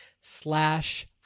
slash